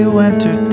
winter